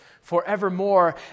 forevermore